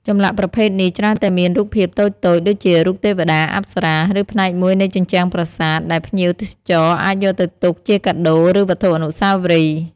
ចម្លាក់ប្រភេទនេះច្រើនតែមានរូបភាពតូចៗដូចជារូបទេវតា អប្សរា ឬផ្នែកមួយនៃជញ្ជាំងប្រាសាទ ដែលភ្ញៀវទេសចរណ៍អាចយកទៅទុកជាកាដូ ឬវត្ថុអនុស្សាវរីយ៍។